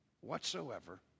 whatsoever